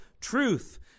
truth